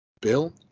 Bill